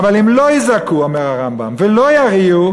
"אבל אם לא יזעקו", אומר הרמב"ם, "ולא יריעו",